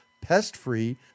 pest-free